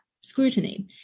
scrutiny